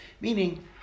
meaning